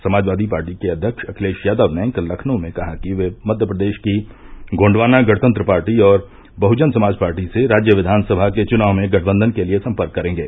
Samajwadi party के अध्यक्ष अखिलेश यादव ने कल लखनऊ में कहा कि वे मध्यप्रदेश की गोंडवाना गणतंत्र पार्टी और बहुजन समाज पार्टी से राज्य विधानसभा के चुनाव में गठबंधन के लिए संपर्क करेंगे